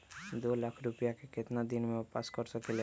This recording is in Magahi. दो लाख रुपया के केतना दिन में वापस कर सकेली?